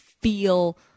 feel